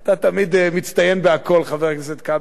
אתה תמיד מצטיין בכול, חבר הכנסת כבל.